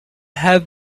have